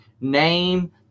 name